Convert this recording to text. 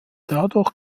dadurch